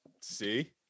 See